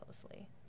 closely